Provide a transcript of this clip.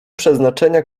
przeznaczenia